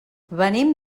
venim